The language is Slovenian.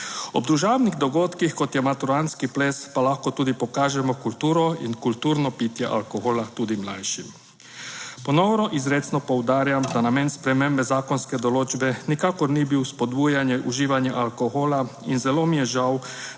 Ob družabnih dogodkih, kot je maturantski ples, pa lahko tudi pokažemo kulturo in kulturno pitje alkohola tudi mlajšim. Ponovno izrecno poudarjam, da namen spremembe zakonske določbe nikakor ni bil spodbujanje uživanja alkohola in zelo mi je žal,